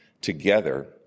together